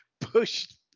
pushed